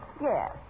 Yes